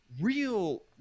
Real